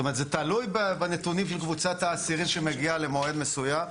זה תלוי בנתונים של קבוצת האסירים שמגיעה למועד מסוים.